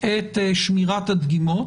את שמירת הדגימות